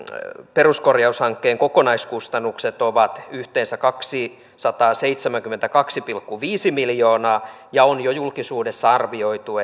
peruskorjaushankkeen kokonaiskustannukset ovat yhteensä kaksisataaseitsemänkymmentäkaksi pilkku viisi miljoonaa ja on jo julkisuudessa arvioitu